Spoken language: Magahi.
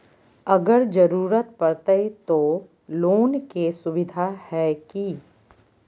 अगर जरूरत परते तो लोन के सुविधा है की?